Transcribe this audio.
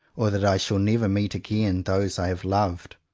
or that i shall never meet again those i have loved.